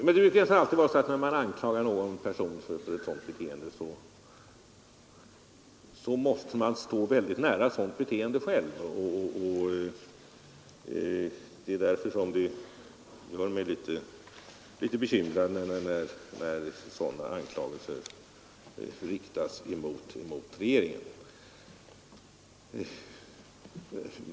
Men det brukar vara så att när man anklagar någon för ett sådant beteende så måste man stå väldigt nära ett sådant beteende själv, och det är därför som jag blir litet bekymrad när sådana anklagelser riktas mot regeringen.